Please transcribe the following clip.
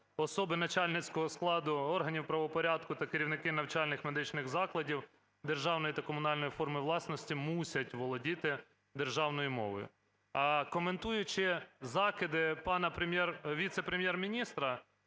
особи начальницького складу органів правопорядку та керівники навчальних, медичних закладів державної та комунальної форми власності мусять володіти державною мовою. А, коментуючи закиди пана віце-прем’єр-міністра,